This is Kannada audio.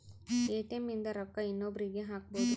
ಎ.ಟಿ.ಎಮ್ ಇಂದ ರೊಕ್ಕ ಇನ್ನೊಬ್ರೀಗೆ ಹಕ್ಬೊದು